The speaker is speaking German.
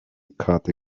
karte